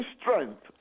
strength